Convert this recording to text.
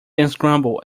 unscramble